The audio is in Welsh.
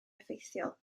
effeithiol